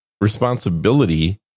responsibility